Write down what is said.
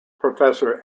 professor